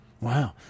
Wow